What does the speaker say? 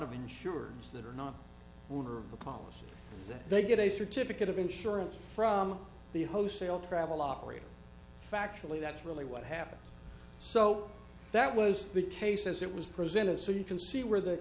of insurance that are not under the policy that they get a certificate of insurance from the hoa sale travel operator factually that's really what happened so that was the case as it was presented so you can see where the